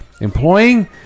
employing